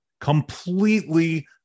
completely